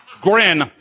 grin